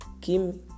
Kim